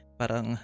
parang